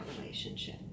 relationship